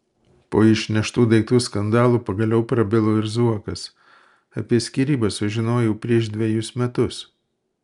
po išneštų daiktų skandalo pagaliau prabilo ir zuokas apie skyrybas sužinojau prieš dvejus metus